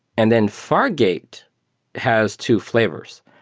and then fargate has two flavors.